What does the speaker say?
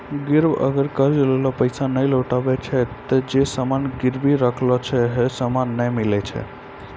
गिरब अगर कर्जा लेलो पैसा नै लौटाबै पारै छै ते जे सामान गिरबी राखलो छै हौ सामन नै मिलै छै